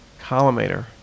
collimator